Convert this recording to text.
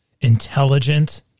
intelligent